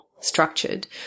structured